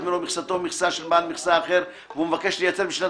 מלוא מכסתו ומכסה של בעל מכסה אחר והוא מבקש לייצר בשנת